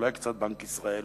אולי קצת בנק ישראל